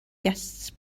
guests